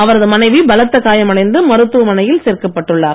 அவரது மனைவி பலத்த காயம் அடைந்து மருத்துவமனையில் சேர்க்கப் பட்டுள்ளார்